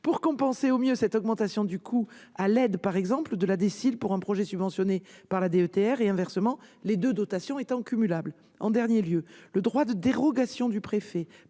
pour compenser au mieux cette augmentation du coût à l'aide par exemple de la DSIL pour un projet subventionné par la DETR, et inversement, les deux dotations étant cumulables. En dernier lieu, le droit de dérogation du préfet,